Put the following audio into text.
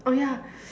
oh yeah